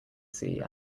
sea